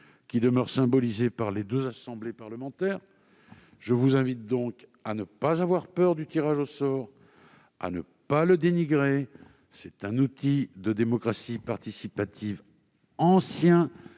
qui demeure symbolisée par les deux assemblées parlementaires. Je vous invite donc à ne pas avoir peur du tirage au sort, à ne pas le dénigrer. C'est un outil de démocratie participative ancien,